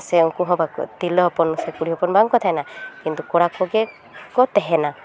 ᱥᱮ ᱩᱱᱠᱩ ᱦᱚᱸ ᱵᱟᱠᱚ ᱛᱤᱨᱞᱟᱹ ᱦᱚᱯᱚᱱ ᱥᱮ ᱠᱩᱲᱤ ᱦᱚᱯᱚᱱ ᱵᱟᱝᱠᱚ ᱛᱟᱦᱮᱸᱱᱟ ᱠᱤᱱᱛᱩ ᱠᱚᱲᱟ ᱠᱚᱜᱮ ᱠᱚ ᱛᱟᱦᱮᱱᱟ